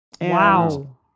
Wow